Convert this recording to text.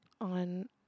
on